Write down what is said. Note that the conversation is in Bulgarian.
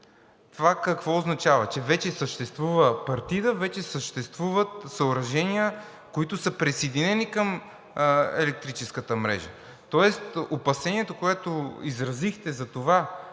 Това какво означава? Че вече съществува партида, вече съществуват съоръжения, които са присъединени към електрическата мрежа. Тоест опасението, което изразихте за това,